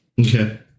Okay